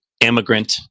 immigrant